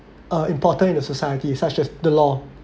uh important in the society such as the law